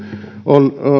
on